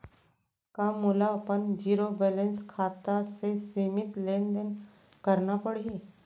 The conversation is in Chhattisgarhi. का मोला अपन जीरो बैलेंस खाता से सीमित लेनदेन करना पड़हि?